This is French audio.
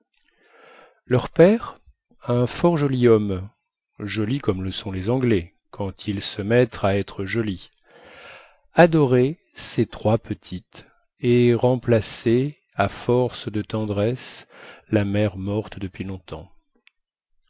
leur père un fort joli homme joli comme le sont les anglais quand ils se mettent à être jolis adorait ces trois petites et remplaçait à force de tendresse la mère morte depuis longtemps